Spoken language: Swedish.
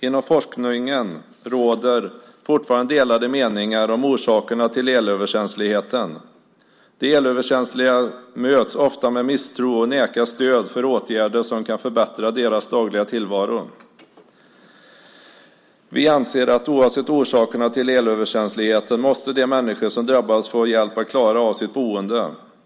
Inom forskningen råder fortfarande delade meningar om orsakerna till elöverkänsligheten. De elöverkänsliga möts ofta med misstro och nekas stöd för åtgärder som kan förbättra deras dagliga tillvaro. Vi anser att oavsett orsakerna till elöverkänsligheten måste de människor som drabbats få hjälp att klara av sitt boende.